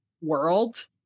world